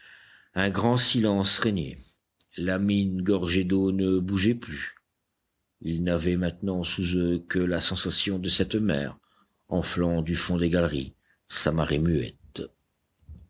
un grand silence régnait la mine gorgée d'eau ne bougeait plus ils n'avaient maintenant sous eux que la sensation de cette mer enflant du fond des galeries sa marée muette